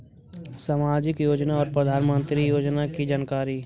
समाजिक योजना और प्रधानमंत्री योजना की जानकारी?